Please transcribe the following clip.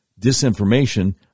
disinformation